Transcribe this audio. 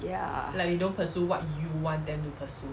ya